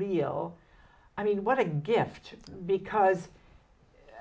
real i mean it was a gift because